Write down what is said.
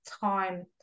time